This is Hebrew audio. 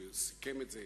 לארץ-ישראל.